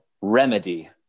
Remedy